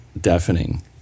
deafening